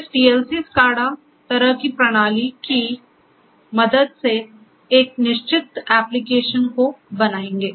इस PLC SCADA तरह की प्रणाली की मदद से एक निश्चित एप्लीकेशन को बनाएंगे